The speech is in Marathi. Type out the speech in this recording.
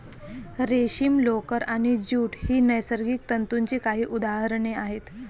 रेशीम, लोकर आणि ज्यूट ही नैसर्गिक तंतूंची काही उदाहरणे आहेत